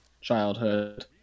childhood